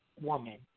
woman